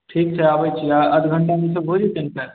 ठीक छै आबैत छी आध घंटामे ई सब भऽ जेतै ने पैक